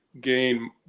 gain